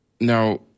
Now